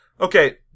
Okay